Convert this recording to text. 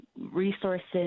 resources